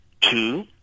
Two